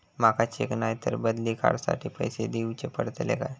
माका चेक नाय तर बदली कार्ड साठी पैसे दीवचे पडतले काय?